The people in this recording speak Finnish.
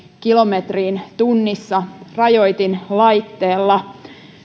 kilometriin tunnissa rajoitinlaitteella